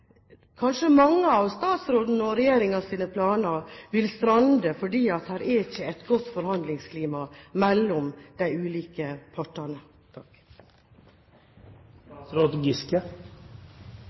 kanskje mange av statsrådens og regjeringens planer vil strande, fordi her er det ikke et godt forhandlingsklima mellom de ulike partene.